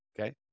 Okay